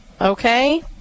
Okay